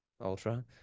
ultra